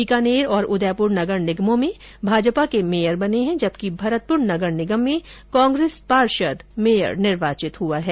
बीकानेर और उदयपुर नगर निगमों में भाजपा के मेयर बने हैं जबकि भरतपुर नगर निगम में कांग्रेस पार्षद मेयर निर्वाचित हुआ है